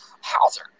Hauser